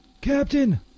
Captain